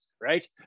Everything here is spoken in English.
right